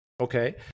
Okay